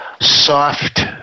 soft